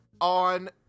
on